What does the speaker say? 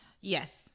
Yes